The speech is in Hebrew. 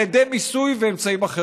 על ידי מיסוי ואמצעים אחרים.